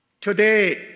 Today